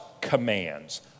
commands